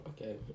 okay